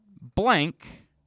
blank